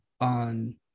on